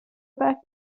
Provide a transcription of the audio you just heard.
back